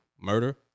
murder